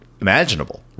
imaginable